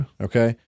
Okay